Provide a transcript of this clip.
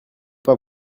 pas